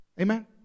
Amen